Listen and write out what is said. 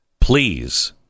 please